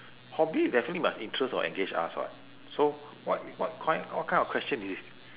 hobby definitely must interest or engage us [what] so what what kind what kind of question is this